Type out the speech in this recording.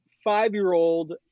five-year-old